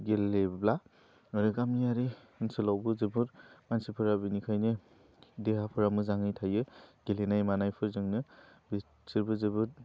गेलेब्ला मानि गामियारि ओनसोलावबो जोबोर मानसिफोरा बेनिखायनो देहाफोरा मोजाङै थायो गेलेनाय मानाय फोरजोंनो बिसोरबो जोबोर